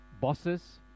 Bosses